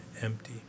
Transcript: empty